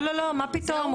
לא, מה פתאום.